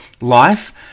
life